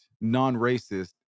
non-racist